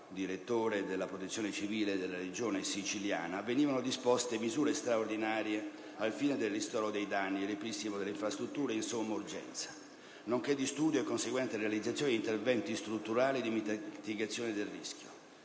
direttore della Protezione civile della Regione siciliana, venivano disposte misure straordinarie al fine del ristoro dei danni e del ripristino delle infrastrutture di somma urgenza, nonché di studio e conseguente realizzazione di interventi strutturali di identificazione del rischio.